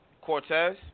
Cortez